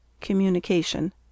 communication